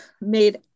made